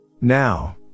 Now